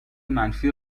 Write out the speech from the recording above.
منفی